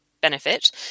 benefit